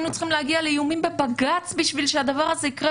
היינו צריכים להגיע לאיומים בבג"ץ בשביל שהדבר הזה יקרה,